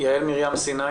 יעל מרים סיני